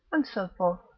and so forth.